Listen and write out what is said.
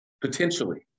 potentially